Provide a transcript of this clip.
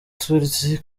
tuzi